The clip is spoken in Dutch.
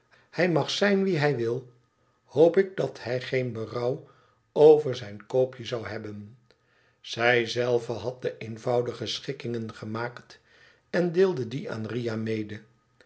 hij mag zijn wie hij wil hoop ik dat hij geen berouw over zijn koopje zou hebben zij zelve had de eenvoudige schikkingen gemaakt en deelde die aan riah mede